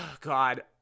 God